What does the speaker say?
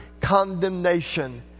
condemnation